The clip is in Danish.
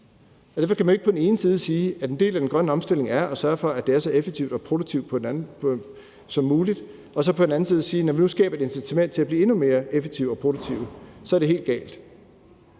Derfor kan man jo ikke på den ene side sige, at en del af den grønne omstilling er at sørge for, at det er så effektivt og produktivt som muligt, og så på den anden side sige, at når vi nu skaber et incitament til at blive endnu mere effektiv og produktiv, er det helt galt.